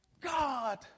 God